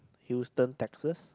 Houston Texas